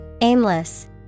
Aimless